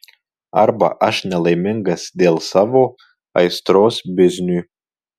arba aš nelaimingas dėl savo aistros bizniui